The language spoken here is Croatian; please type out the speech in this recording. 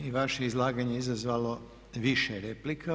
I vaše izlaganje je izazvalo više replika.